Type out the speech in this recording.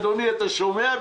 אדוני, אתה שומע?